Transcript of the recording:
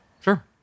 Sure